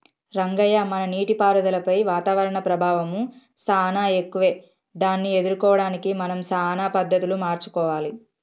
రంగయ్య మన నీటిపారుదలపై వాతావరణం ప్రభావం సానా ఎక్కువే దాన్ని ఎదుర్కోవడానికి మనం సానా పద్ధతులు మార్చుకోవాలి